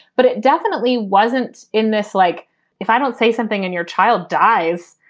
but it definitely wasn't in this. like if i don't say something and your child dies.